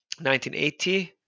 1980